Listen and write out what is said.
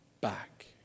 back